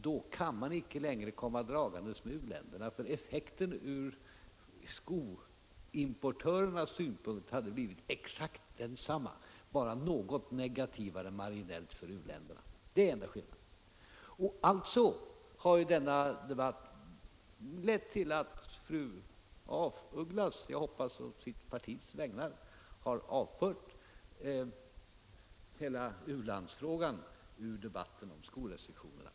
Jo, att man då icke längre kan komma dragandes med argumentet om u-länderna, för effekten ur skoimportörernas synpunkt hade blivit exakt densamma, bara något mer negativ marginellt för u-länderna. Det är den enda skillnaden. Denna debatt har alltså lett till att fru af Ugglas — jag hoppas på sitt partis vägnar — har avfört hela u-landsfrågan ur debatten om skorestriktionerna.